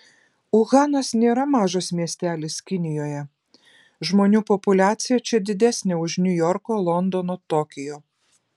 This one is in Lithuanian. uhanas nėra mažas miestelis kinijoje žmonių populiacija čia didesnė už niujorko londono tokijo